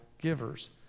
givers